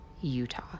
utah